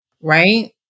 right